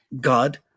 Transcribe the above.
God